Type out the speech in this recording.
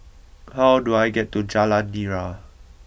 how do I get to Jalan Nira